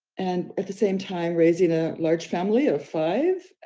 and at the same time raising a large family of five,